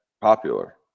popular